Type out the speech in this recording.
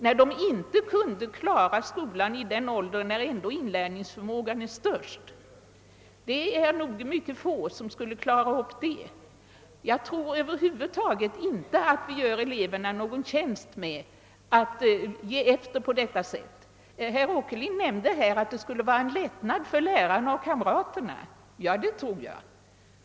När de inte kunde klara skolan i den ålder när inlärningsförmågan ändå var som störst, är det nog mycket få av dem som skulle kunna klara en sådan sak senare. Jag tror över huvud taget inte att vi gör eleverna någon tjänst med att ge efter på detta sätt. Herr Åkerlind nämnde att det skulle vara en lättnad för lärare och kamrater. Ja, det tror jag är riktigt!